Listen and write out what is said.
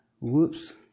whoops